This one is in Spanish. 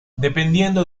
dependiendo